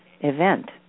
event